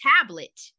tablet